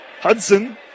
Hudson